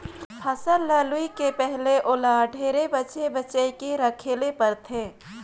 फसल ल लूए के पहिले ओला ढेरे बचे बचे के राखे ले परथे